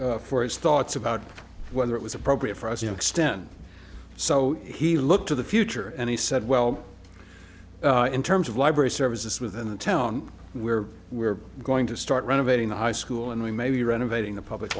gale for his thoughts about whether it was appropriate for us you know extend so he looked to the future and he said well in terms of library services within the town where we're going to start run of aiding the high school and we may be renovating the public